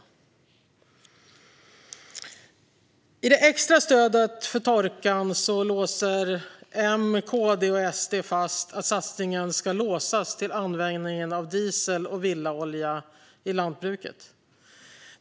För det extra stödet för torkan slår M, KD och SD fast att satsningen ska låsas till användningen av diesel och villaolja i lantbruket.